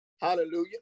hallelujah